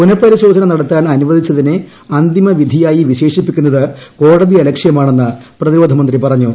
പുനഃപരിശോധന നടത്താൻ അനുവദിച്ചതിനെ അന്തിമ വിധിയായി വിശേഷിപ്പിക്കുന്നത് കോടതിയലക്ഷ്യമാണെന്ന് പ്രതിരോധമന്ത്രി പറഞ്ഞു